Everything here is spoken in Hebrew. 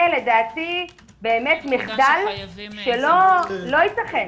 זה לדעתי מחדל שלא ייתכן.